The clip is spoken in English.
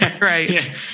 Right